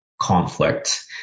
conflict